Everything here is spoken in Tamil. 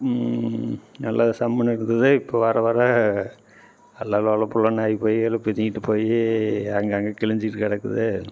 நல்லா சம்முனு இருந்தது இப்போ வர வர எல்லா லொலபொலன்னு ஆகி போய் எல்லா பிதிங்கிட்டு போய் அங்கே அங்கே கிழிஞ்சிக்கிட்டு கிடக்குது